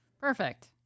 Perfect